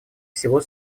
всего